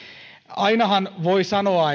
ainahan voi sanoa